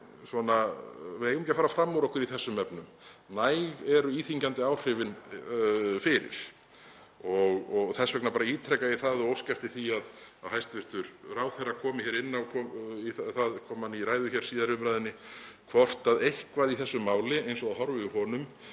Við eigum ekki að fara fram úr okkur í þessum efnum. Næg eru íþyngjandi áhrifin fyrir. Þess vegna ítreka ég það og óska eftir því að hæstv. ráðherra komi inn á það, komi hann hér í ræðu síðar í umræðunni, hvort eitthvað í þessu máli eins og það horfir við honum